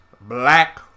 black